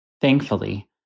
Thankfully